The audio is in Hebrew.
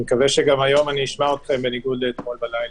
מקווה שהיום אשמע אתכם, בניגוד לאתמול בלילה.